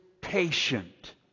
patient